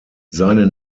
seine